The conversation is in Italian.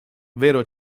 vero